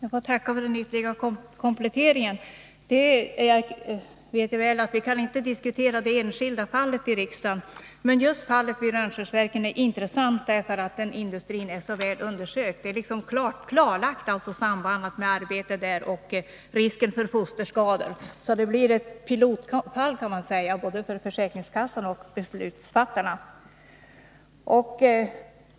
Herr talman! Jag tackar för det kompletterande svaret. Jag vet att vi inte kan diskutera ett enskilt fall här i riksdagen, men just samhet vid Goodfallet vid Rönnskärsverken är intressant, eftersom den industri det gäller är year Gummi Fabså väl undersökt. Sambandet mellan arbetet där och risken för fosterskador — riks AB i Norrär klarlagt, så det här fallet kan utgöra ett pilotfall både för försäkringskassan och för beslutsfattarna.